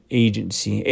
agency